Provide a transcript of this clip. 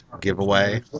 giveaway